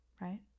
right